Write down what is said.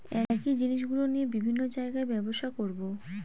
একই জিনিসগুলো নিয়ে বিভিন্ন জায়গায় ব্যবসা করবো